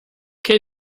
qué